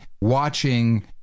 watching